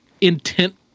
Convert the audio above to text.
intent